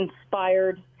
inspired